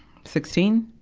sixteen,